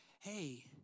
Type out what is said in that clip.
hey